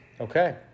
Okay